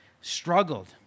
struggled